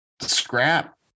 scrap